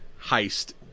heist